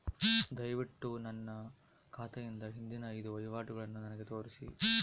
ದಯವಿಟ್ಟು ನನ್ನ ಖಾತೆಯಿಂದ ಹಿಂದಿನ ಐದು ವಹಿವಾಟುಗಳನ್ನು ನನಗೆ ತೋರಿಸಿ